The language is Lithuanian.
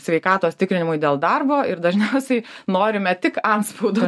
sveikatos tikrinimui dėl darbo ir dažniausiai norime tik antspaudų